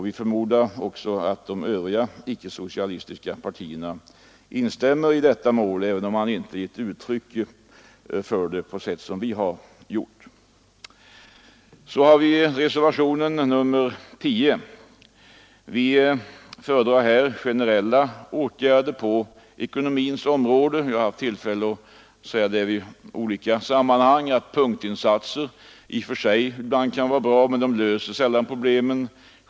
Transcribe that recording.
Vi förmodar emellertid att också de övriga icke-socialistiska partierna instämmer i detta mål, även om man där inte har givit uttryck för detta på samma sätt som vi har gjort. När det slutligen gäller reservationen 10 säger vi moderater att vi föredrar generella åtgärder på ekonomins område. Vi har i olika sammanhang haft tillfälle framhålla, att punktinsatser ibland kan vara bra, men de löser sällan problemen.